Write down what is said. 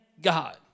God